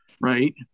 Right